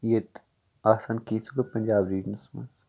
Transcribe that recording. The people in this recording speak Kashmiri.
ییٚتہِ آسان کیٚنٛہہ سُہ گوٚو پَنجاب رِجنَس منٛز